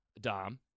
Dom